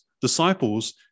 disciples